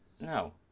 no